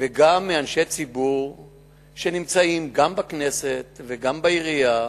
וגם שאנשי ציבור שנמצאים גם בכנסת וגם בעירייה,